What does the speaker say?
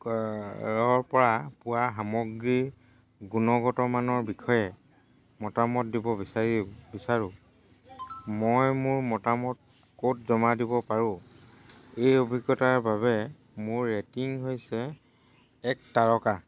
ৰ পৰা পোৱা সামগ্ৰীৰ গুণগত মানৰ বিষয়ে মতামত দিব বিচাৰি বিচাৰো মই মোৰ মতামত ক'ত জমা দিব পাৰো এই অভিজ্ঞতাৰ বাবে মোৰ ৰেটিং হৈছে এক তাৰকা